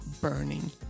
burning